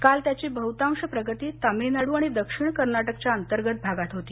काल त्याची बहुतांश प्रगती तमिळनाडू आणि दक्षिण कर्नाटकच्या अंतर्गत भागात होती